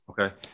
Okay